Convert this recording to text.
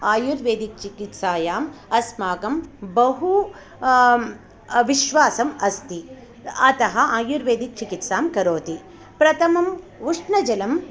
आयुर्वेदिकचिकित्सायाम् अस्माकं बहु विश्वासम् अस्ति अतः आयुर्वेदचिकित्सां करोति प्रथमम् उष्णजलं